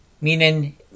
meaning